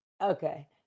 Okay